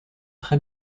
très